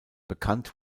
bekannt